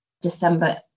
December